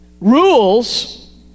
rules